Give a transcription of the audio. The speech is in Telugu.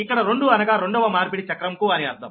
ఇక్కడ రెండు అనగా రెండవ మార్పిడి చక్రం కు అని అర్థం